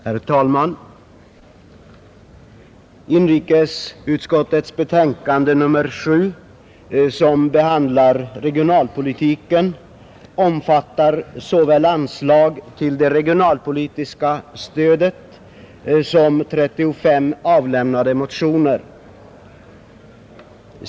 Herr talman! Inrikesutskottets betänkande nr 7, som behandlar regionalpolitiken, omfattar såväl frågor om anslag till det regionalpolitiska stödet som 35 avlämnade motioner.